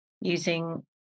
using